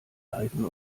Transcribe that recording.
leiden